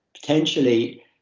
potentially